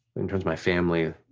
and towards my family,